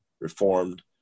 Reformed